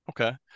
okay